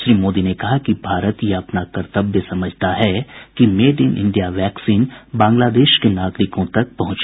श्री मोदी ने कहा कि भारत यह अपना कर्तव्य समझता है कि made in India vaccine Bangladesh के नागरिकों तक पहुंचे